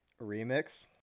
Remix